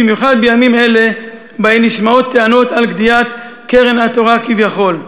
במיוחד בימים אלה שבהם נשמעות טענות על גדיעת קרן התורה כביכול.